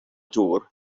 dŵr